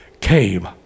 came